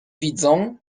widzą